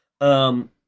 Um-